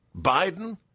Biden